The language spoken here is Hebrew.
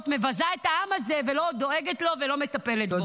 מבזה את העם הזה ולא דואגת לו ולא מטפלת בו.